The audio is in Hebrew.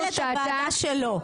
לא, אומרת מנהלת הוועדה שלא.